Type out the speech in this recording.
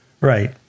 right